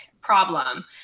problem